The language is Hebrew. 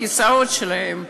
בכיסאות שלהם,